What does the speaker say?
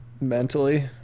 mentally